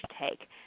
take